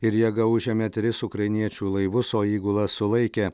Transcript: ir jėga užėmė tris ukrainiečių laivus o įgulą sulaikė